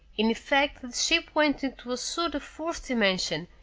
in effect the ship went into a sort of fourth dimension,